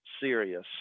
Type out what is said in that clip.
serious